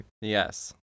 Yes